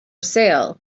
sale